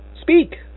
speak